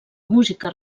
música